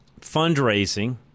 fundraising